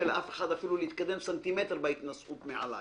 לאף אחד אפילו להתקדם סנטימטר בהתנסחות מעליי,